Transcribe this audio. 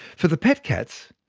for the pet cats,